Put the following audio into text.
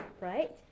right